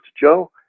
Joe